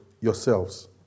yourselves